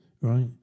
right